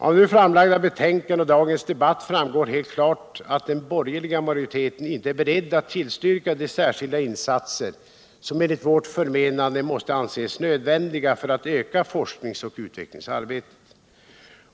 Av nu framlagda betänkanden och dagens debatt framgår helt klart att den borgerliga majoriteten inte är beredd att tillstyrka de särskilda insatser som enligt vårt förmenande måste anses nödvändiga för att öka forskningsoch utvecklingsarbetet.